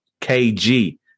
KG